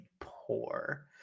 Poor